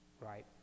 right